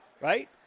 Right